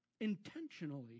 intentionally